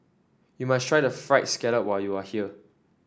you must try the fried scallop when you are here